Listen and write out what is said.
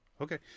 Okay